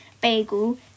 bagel